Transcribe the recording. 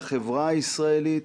לחברה הישראלית,